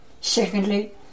Secondly